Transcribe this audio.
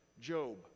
Job